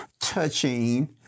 touching